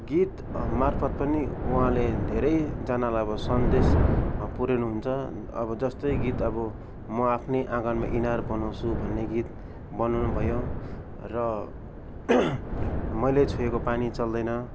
गीतमार्फत पनि उहाँले धेरैजनालाई अब सन्देश पुऱ्याउनुहुन्छ अब जस्तै गीत अब म आफ्नै आँगनमा इनार बनाउँछु भन्ने गीत बनाउनुभयो र मैले छोएको पानी चल्दैन